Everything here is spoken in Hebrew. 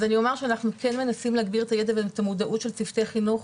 אז אני אומר שאנחנו כן מנסים להגביר את הידע והמודעות של צוותי חינוך.